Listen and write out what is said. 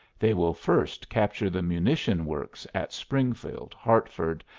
they will first capture the munition works at springfield hartford,